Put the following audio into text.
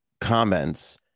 comments